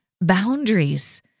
boundaries